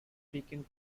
speaking